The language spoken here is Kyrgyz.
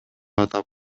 атап